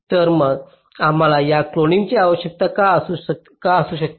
तर मग आम्हाला या क्लोनिंगची आवश्यकता का असू शकते